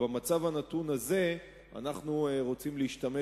במצב הנתון הזה אנחנו רוצים להשתמש